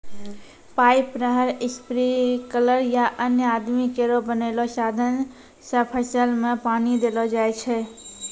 pipe, नहर, sprinkler या अन्य आदमी केरो बनैलो साधन सें फसल में पानी देलो जाय छै